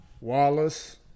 Wallace